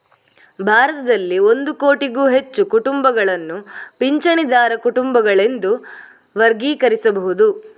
ಭಾರತದಲ್ಲಿ ಒಂದು ಕೋಟಿಗೂ ಹೆಚ್ಚು ಕುಟುಂಬಗಳನ್ನು ಪಿಂಚಣಿದಾರ ಕುಟುಂಬಗಳೆಂದು ವರ್ಗೀಕರಿಸಬಹುದು